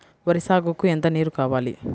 వరి సాగుకు ఎంత నీరు కావాలి?